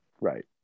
right